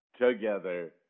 together